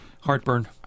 Heartburn